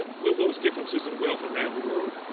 ah will those differences in wealth around the world